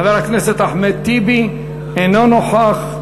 חבר הכנסת אחמד טיבי, אינו נוכח.